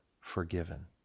forgiven